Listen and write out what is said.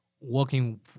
working